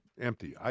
empty